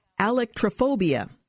electrophobia